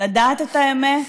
לדעת את האמת,